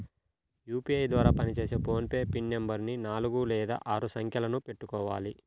UPI ద్వారా పనిచేసే PhonePe PIN నెంబరుని నాలుగు లేదా ఆరు సంఖ్యలను పెట్టుకోవాలి